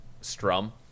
strum